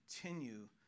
continue